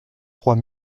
trois